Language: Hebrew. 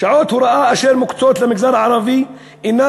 שעות ההוראה אשר מוקצות למגזר הערבי אינן